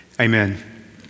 Amen